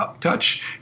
touch